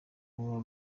baba